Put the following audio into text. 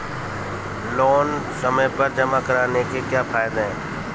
Loan समय पर जमा कराने के क्या फायदे हैं?